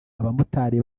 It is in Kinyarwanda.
abamotari